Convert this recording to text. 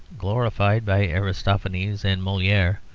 glorified by aristophanes and moliere,